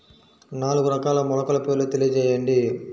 నాలుగు రకాల మొలకల పేర్లు తెలియజేయండి?